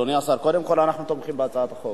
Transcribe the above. אדוני השר, קודם כול, אנחנו תומכים בהצעת החוק.